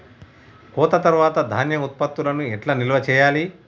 కోత తర్వాత ధాన్యం ఉత్పత్తులను ఎట్లా నిల్వ చేయాలి?